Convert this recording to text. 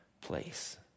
place